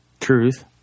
Truth